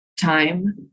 time